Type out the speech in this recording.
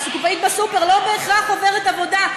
קופאית בסופר לא בהכרח עוברת עבודה,